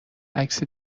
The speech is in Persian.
عکس